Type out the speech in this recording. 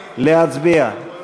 להצביע.